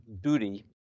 Duty